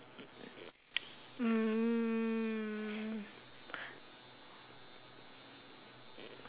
mm